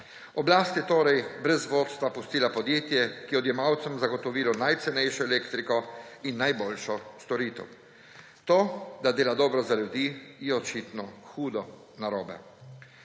Oblast je torej brez vodstva pustila podjetje, ki je odjemalcem zagotovilo najcenejšo elektriko in najboljšo storitev. To, da dela dobro za ljudi, je očitno hudo narobe.